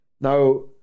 Now